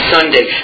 Sunday